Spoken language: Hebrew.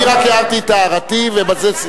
אני רק הערתי את הערתי, ובזה,